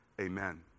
Amen